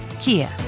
Kia